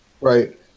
Right